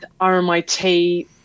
RMIT